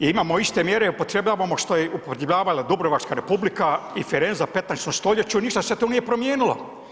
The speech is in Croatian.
Je li imamo iste mjere upotrebljavamo što je upotrebljavala Dubrovačka Republika i ... 15. st., ništa se tu nije promijenilo.